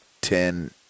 Ten